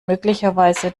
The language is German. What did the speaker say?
möglicherweise